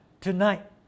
tonight